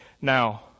now